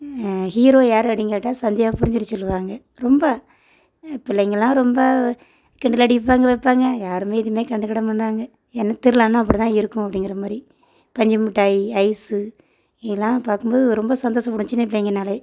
hero யார் அப்படின்னு கேட்டால் சந்தியாபுரி அப்படின்னு சொல்லி சொல்லுவாங்க ரொம்ப பிள்ளைங்கெலாம் ரொம்ப கிண்டல் அடிப்பாங்க வைப்பாங்க யாருமே எதுவுமே கண்டுக்கிட மாட்டாங்க ஏன்னால் திருவிழானா அப்படிதான் இருக்கும் அப்படிங்குற மாதிரி பஞ்சு மிட்டாய் ஐஸ்ஸு இதெலாம் பார்க்கும் போது ரொம்ப சந்தோஷப்படும் சின்ன பிள்ளைங்கனாலே